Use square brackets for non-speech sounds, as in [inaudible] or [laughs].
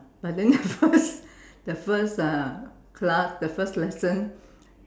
but then [laughs] the first the first uh class the first lesson